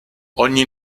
ogni